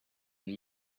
and